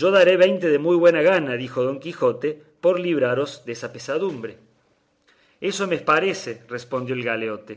yo daré veinte de muy buena gana dijo don quijote por libraros desa pesadumbre eso me parece respondió el galeote